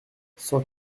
cent